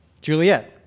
Juliet